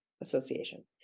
Association